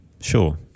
sure